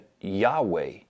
Yahweh